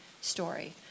story